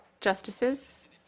Justices